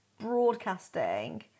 broadcasting